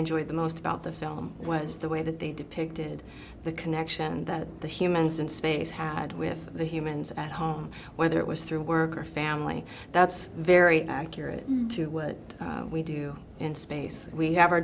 enjoyed the most about the film was the way that they depicted the connection that the humans in space had with the humans at home whether it was through work or family that's very accurate to what we do in space we have our